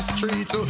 Street